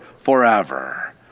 Forever